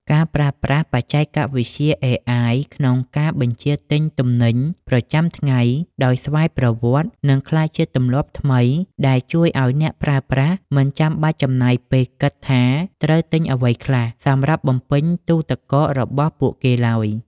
ការប្រើប្រាស់បច្ចេកវិទ្យា AI ក្នុងការបញ្ជាទិញទំនិញប្រចាំថ្ងៃដោយស្វ័យប្រវត្តិនឹងក្លាយជាទម្លាប់ថ្មី ដែលជួយឱ្យអ្នកប្រើប្រាស់មិនចាំបាច់ចំណាយពេលគិតថាត្រូវទិញអ្វីខ្លះសម្រាប់បំពេញទូទឹកកករបស់ពួកគេឡើយ។